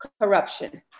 corruption